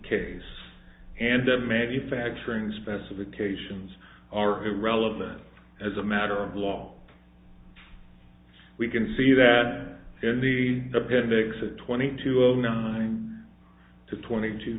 case and manufacturing specifications are irrelevant as a matter of law we can see that in the appendix at twenty two of nine to twenty t